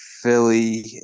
Philly